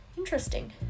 interesting